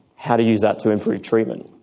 how to use that to improve treatment.